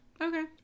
Okay